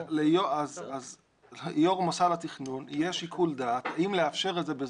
אז ליו"ר מוסד התכנון יהיה שיקול דעת האם לאפשר את זה ב"זום"